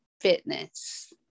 fitness